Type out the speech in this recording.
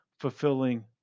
fulfilling